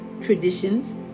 traditions